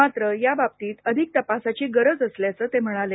मात्र या बाबतीत अधिक तपासाची गरज असल्याचं ते म्हणाले